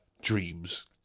dreams